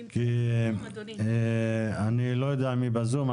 כי אני לא יודע מי בזום.